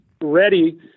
ready